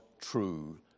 true